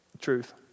truth